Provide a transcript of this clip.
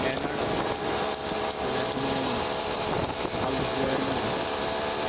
Canada lebanon Algeria